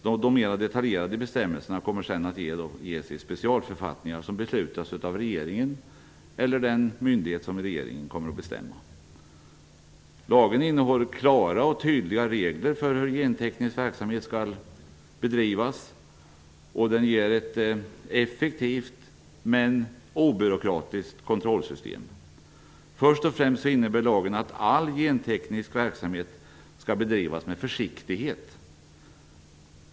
De mer detaljerade bestämmelserna kommer att ges senare i specialförfattningar som beslutas av regeringen eller den myndighet som regeringen kommer att bestämma. Lagen innehåller klara och tydliga regler för hur genteknisk verksamhet skall bedrivas, och den utgör ett effektivt men obyråkratiskt kontrollsystem. Först och främst innebär lagen att all genteknisk verksamhet skall bedrivas med försiktighet.